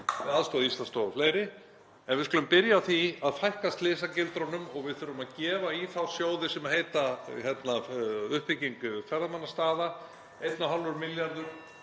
aðstoð Íslandsstofu og fleiri, en við skulum byrja á því að fækka slysagildrunum og við þurfum að gefa í þá sjóði sem heita uppbygging ferðamannastaða, 1,5 milljarður